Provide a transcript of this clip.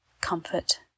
comfort